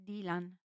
Dylan